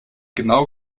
genau